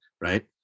right